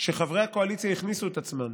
שחברי הקואליציה הכניסו את עצמם